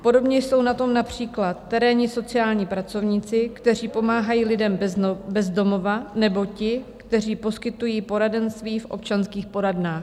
Podobně jsou na tom například terénní sociální pracovníci, kteří pomáhají lidem bez domova, nebo ti, kteří poskytují poradenství v občanských poradnách.